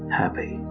happy